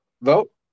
vote